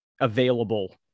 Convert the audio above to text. available